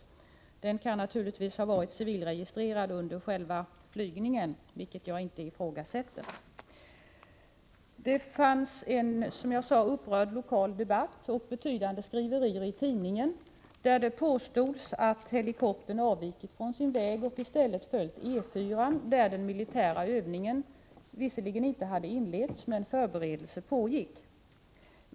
Helikoptern kan naturligtvis ha varit civilregistrerad under själva flygningen, vilket jag inte ifrågasätter. Det förekom som jag sade en upprörd lokal debatt och betydande skriverier i tidningen, där det påstods att helikoptern avvikit från sin väg och i stället valt E 4-an, där den militära övningen visserligen inte hade inletts men förberedelserna pågick.